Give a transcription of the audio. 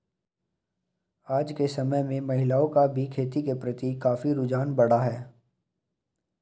आज के समय में महिलाओं का भी खेती के प्रति काफी रुझान बढ़ा है